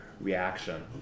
reaction